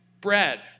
bread